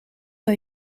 hij